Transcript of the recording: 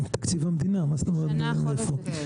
מתקציב המדינה, מה זאת אומרת מאיפה?